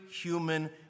human